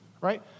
Right